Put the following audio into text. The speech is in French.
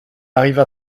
arriva